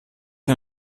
mir